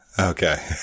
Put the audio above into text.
Okay